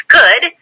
good